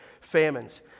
famines